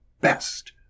best